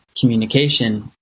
communication